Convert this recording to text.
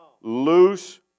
Loose